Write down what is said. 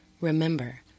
Remember